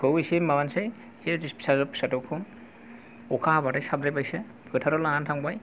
एसे माबानोसै फिसाद'ब फिसाद'बखौ अखा हाबाथाय साबद्रायबायसो फोथाराव लानानै थांबाय